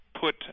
Put